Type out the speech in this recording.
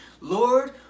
Lord